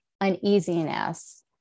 uneasiness